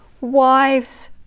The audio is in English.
wives